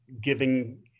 giving